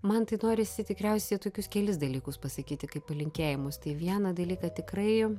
man tai norisi tikriausiai tokius kelis dalykus pasakyti kaip palinkėjimus tai vieną dalyką tikrai